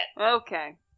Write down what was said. okay